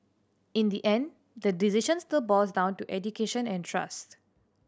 in the end the decision still boils down to education and trust